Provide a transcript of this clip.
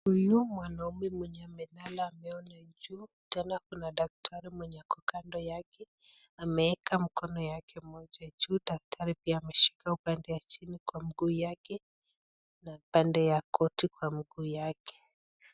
Huyu mwanaume mwenye amelala ameona juu. Tena kuna daktari mwenye ako kando yake. Ameka mkono yake moja juu. Daktari pia ameshika upande ya chini kwa mguu yake na upande ya goti kwa mguu yake.